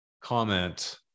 comment